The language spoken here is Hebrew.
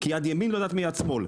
כי יד ימין לא יודעת מיד שמאל,